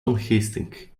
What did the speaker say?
unhasting